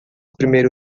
primeiro